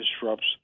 disrupts